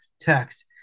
text